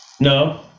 No